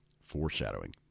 Foreshadowing